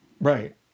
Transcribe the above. Right